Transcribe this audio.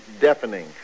deafening